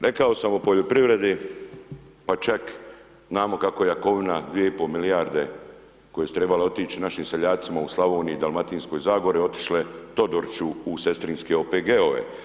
Rekao samo u poljoprivredi pa čak znamo kako Jakovina 2,5 milijarde koje su trebale otići našim seljacima u Slavoniji Dalmatinskoj zagori otišle Todoriću u sestrinske OPG-ove.